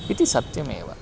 इति सत्यमेव